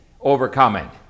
overcoming